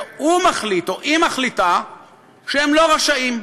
והוא מחליט או היא מחליטה שהם לא רשאים.